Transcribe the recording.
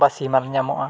ᱵᱟᱥᱤᱢᱟᱞ ᱧᱟᱢᱚᱜᱼᱟ